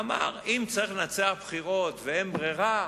והוא אמר: אם צריך לנצח בבחירות ואין ברירה,